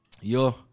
Yo